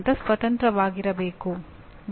ಅದು ಸ್ವತಃ ಒಂದು ಪ್ರತ್ಯೇಕ ಪಠ್ಯಕ್ರಮ ಆಗುತ್ತದೆ